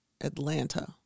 Atlanta